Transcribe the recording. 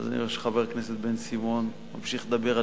אני רואה שחבר הכנסת בן-סימון ממשיך לדבר על